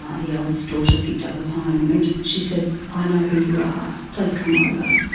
um the eldest daughter, picked up the phone and she said i know who you are, please come over.